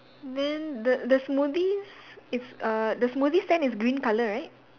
then the the smoothie's its uh the smoothie stand is green colour right